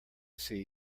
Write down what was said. see